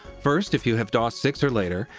first, if you have dos six or later,